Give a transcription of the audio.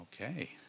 okay